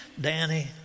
Danny